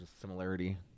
Similarity